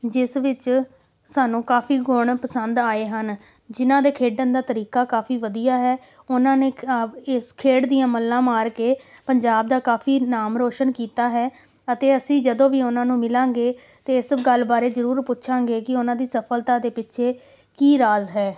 ਜਿਸ ਵਿੱਚ ਸਾਨੂੰ ਕਾਫੀ ਗੁਣ ਪਸੰਦ ਆਏ ਹਨ ਜਿਨ੍ਹਾਂ ਦੇ ਖੇਡਣ ਦਾ ਤਰੀਕਾ ਕਾਫੀ ਵਧੀਆ ਹੈ ਉਹਨਾਂ ਨੇ ਕ ਇਸ ਖੇਡ ਦੀਆਂ ਮੱਲਾਂ ਮਾਰ ਕੇ ਪੰਜਾਬ ਦਾ ਕਾਫੀ ਨਾਮ ਰੋਸ਼ਨ ਕੀਤਾ ਹੈ ਅਤੇ ਅਸੀਂ ਜਦੋਂ ਵੀ ਉਹਨਾਂ ਨੂੰ ਮਿਲਾਂਗੇ ਤਾਂ ਇਸ ਗੱਲ ਬਾਰੇ ਜ਼ਰੂਰ ਪੁੱਛਾਂਗੇ ਕਿ ਉਹਨਾਂ ਦੀ ਸਫਲਤਾ ਦੇ ਪਿੱਛੇ ਕੀ ਰਾਜ ਹੈ